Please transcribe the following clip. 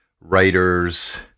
writers